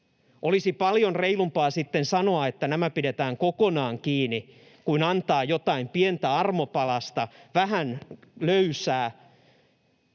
Olisi paljon reilumpaa sitten sanoa, että nämä pidetään kokonaan kiinni, kuin antaa jotain pientä armopalasta, vähän löysää.